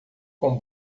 com